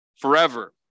forever